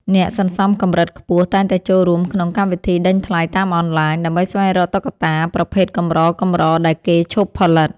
អ្នកសន្សំកម្រិតខ្ពស់តែងតែចូលរួមក្នុងកម្មវិធីដេញថ្លៃតាមអនឡាញ ដើម្បីស្វែងរកតុក្កតាប្រភេទកម្រៗដែលគេឈប់ផលិត។